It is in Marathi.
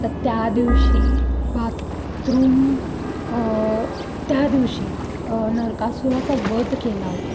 तर त्या दिवशी बाथरूम त्या दिवशी नरकासुराचा वध केला होता